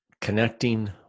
Connecting